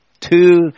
Two